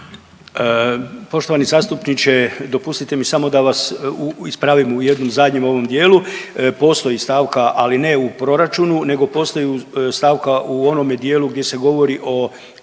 Poštovani zastupniče, dopustite mi samo da vas ispravim u jednom zadnjem ovom dijelu. Postoji stavka ali ne u proračunu, nego postoji stavka u onome dijelu gdje se govori o